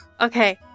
Okay